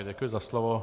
Děkuji za slovo.